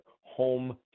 home